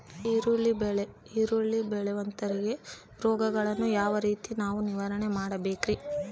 ಈರುಳ್ಳಿಗೆ ಬೇಳುವಂತಹ ರೋಗಗಳನ್ನು ಯಾವ ರೇತಿ ನಾವು ನಿವಾರಣೆ ಮಾಡಬೇಕ್ರಿ?